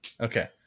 Okay